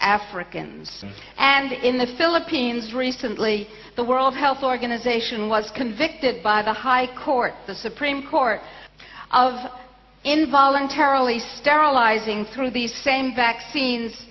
africans and in the philippines recently the world health organization was convicted by the high court the supreme court of in voluntarily sterilizing through these same vaccines